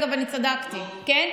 אגב, אני צדקתי, כן,